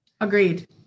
agreed